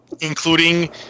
Including